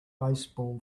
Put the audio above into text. baseball